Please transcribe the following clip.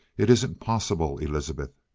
it isn't possible, elizabeth!